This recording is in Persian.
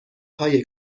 های